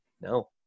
no